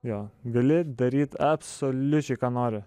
jo gali daryt absoliučiai ką nori